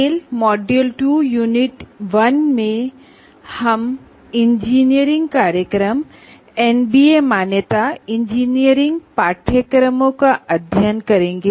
tell module 2 unit 1 में हम engineering programme NBA accreditation और इंजीनियरिंग कोर्सेज का अध्ययन करेंगे